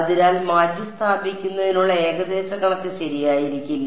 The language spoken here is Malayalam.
അതിനാൽ മാറ്റിസ്ഥാപിക്കുന്നതിനുള്ള ഏകദേശ കണക്ക് ശരിയായിരിക്കില്ല